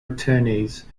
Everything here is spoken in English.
attorneys